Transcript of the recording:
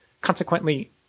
Consequently